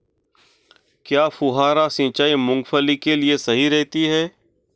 क्या फुहारा सिंचाई मूंगफली के लिए सही रहती है?